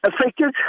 affected